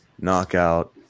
Knockout